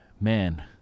man